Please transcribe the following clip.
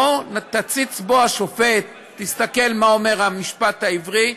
בוא תציץ בו, השופט, תסתכל מה אומר המשפט העברי.